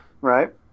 right